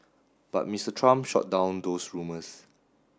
but Mr Trump shot down those rumours